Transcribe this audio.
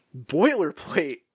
boilerplate